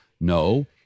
No